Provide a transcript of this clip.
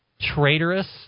traitorous